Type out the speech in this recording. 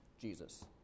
Jesus